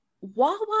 wawa